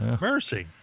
mercy